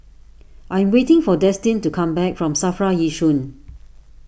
I am waiting for Destin to come back from Safra Yishun